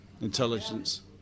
intelligence